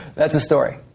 that's a story.